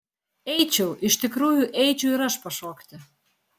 eičiau iš tikrųjų eičiau ir aš pašokti